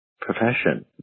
profession